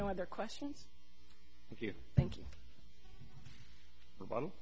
no other questions if you think